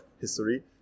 history